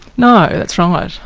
no, that's right.